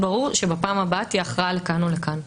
שבפעם הבאה תהיה הכרעה לכאן או לכאן.